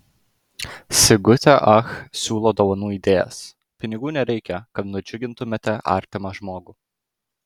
sigutė ach siūlo dovanų idėjas pinigų nereikia kad nudžiugintumėte artimą žmogų